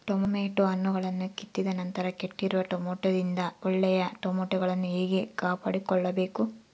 Tomato ಹಣ್ಣುಗಳನ್ನು ಕಿತ್ತಿದ ನಂತರ ಕೆಟ್ಟಿರುವ ಟೊಮೆಟೊದಿಂದ ಒಳ್ಳೆಯ ಟೊಮೆಟೊಗಳನ್ನು ಹೇಗೆ ಕಾಪಾಡಿಕೊಳ್ಳಬೇಕು?